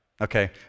Okay